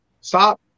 Stop